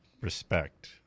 respect